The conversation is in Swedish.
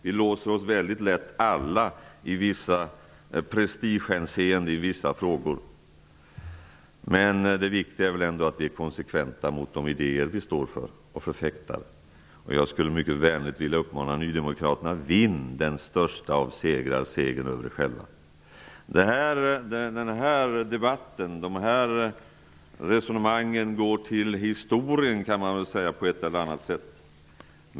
Vi låser oss alla i prestigehänseende i vissa frågor, men det viktiga är väl ändå att vi är konsekventa mot de idéer vi står för och förfäktar. Jag skulle mycket vänligt vilja uppmana Nydemokraterna: Vinn den största av segrar, segern över er själva! Den här debatten går till historien, kan man väl säga, på ett eller annat sätt.